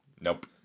Nope